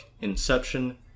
Inception